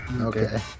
Okay